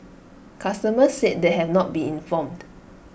customers said they had not been informed